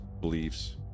beliefs